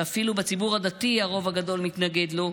שאפילו בציבור הדתי הרוב הגדול מתנגד לו,